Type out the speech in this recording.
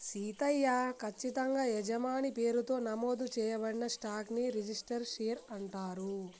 సీతయ్య, కచ్చితంగా యజమాని పేరుతో నమోదు చేయబడిన స్టాక్ ని రిజిస్టరు షేర్ అంటారు